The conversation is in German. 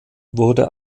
wurde